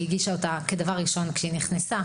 זה הדבר הראשון שהיא הגישה כשהיא נכנסה.